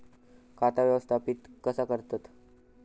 खाता व्यवस्थापित कसा करतत?